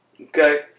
okay